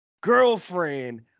girlfriend